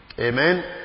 Amen